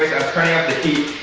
turning up the heat,